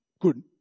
good